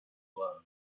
loved